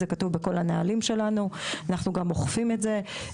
זה כתוב בכל הנהלים שלנו ואנחנו גם אוכפים את זה,